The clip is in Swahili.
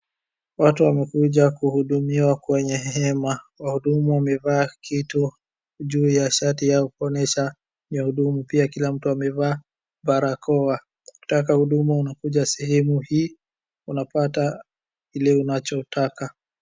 Watu wamekuja kuhudumiwa kwenye hema. Wahudumu wamevaa kitu juu ya shati yao kuonyesha ni wahudumu, pia kila mtu amevaa barakoa. Ukitaka huduma unakuja sehemu hii unapata ile unachotaka.